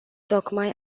tocmai